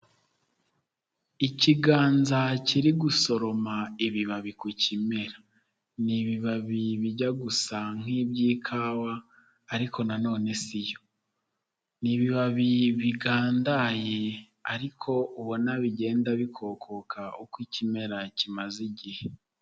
Ikiganza kiri gusoroma ibibabi ku kimera. Ni ibibabi bijya gusa nkiby'ikawa ariko nanone siyo. Ni ibibabi bigandaye ariko ubona bigenda bikokoka uko ikimera kimaze igihe.